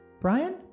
Brian